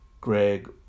Greg